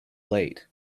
late